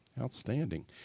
Outstanding